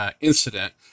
incident